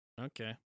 Okay